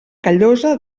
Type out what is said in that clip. callosa